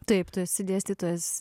taip tu esi dėstytojas